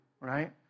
right